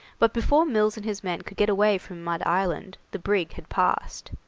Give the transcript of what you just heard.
but before mills and his men could get away from mud island the brig had passed.